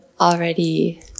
already